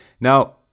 Now